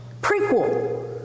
Prequel